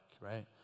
right